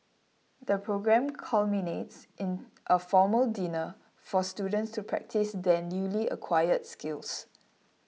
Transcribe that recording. the programme culminates in a formal dinner for students to practise their newly acquired skills